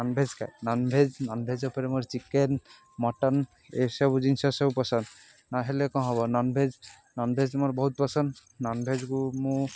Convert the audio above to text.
non veg ଖାଏ non veg non veg ଉପରେ ମୋର ଚିକେନ ମଟନ ଏସବୁ ଜିନିଷ ସବୁ ପସନ୍ଦ ନହେଲେ କ'ଣ ହବ ନନଭେଜ୍ ନନଭେଜ୍ ମୋର ବହୁତ ପସନ୍ଦ ନନଭେଜ୍କୁ ମୁଁ